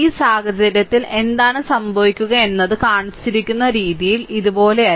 ഈ സാഹചര്യത്തിൽ എന്താണ് സംഭവിക്കുക എന്നത് കാണിച്ചിരിക്കുന്ന രീതിയിൽ ഇതുപോലെയല്ല